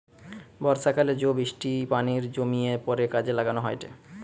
বর্ষাকালে জো বৃষ্টির পানি জমিয়ে পরে কাজে লাগানো হয়েটে